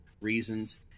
reasons